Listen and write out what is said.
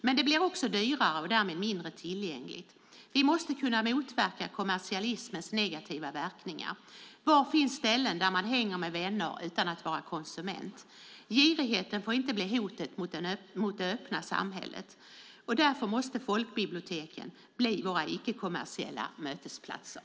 Men det blir också dyrare och därmed mindre tillgängligt. Vi måste motverka kommersialismens negativa verkningar. Var finns ställen där man hänger med vänner utan att vara konsument? Girigheten får inte bli hotet mot det öppna samhället. Därför måste folkbiblioteken bli våra icke-kommersiella mötesplatser.